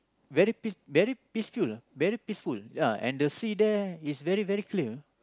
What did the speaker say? very peace very peaceful very peaceful ya and the sea there is very very clear